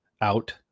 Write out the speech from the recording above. out